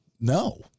no